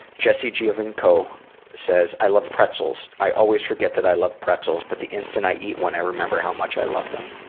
jessie giavunco says, i love pretzels. i always forget that i love pretzels but the instant i eat one i remember how much i love them.